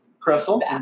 Crystal